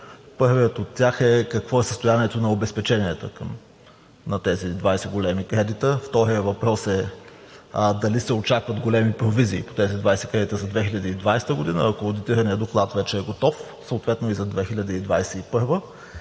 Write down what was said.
Първият от тях е: какво е състоянието на обезпеченията на тези 20 големи кредита? Вторият въпрос е: дали се очакват големи провизии по тези 20 кредита за 2020 г., ако одитираният доклад вече е готов, съответно и за 2021 г.,